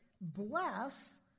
bless